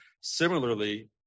Similarly